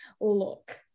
look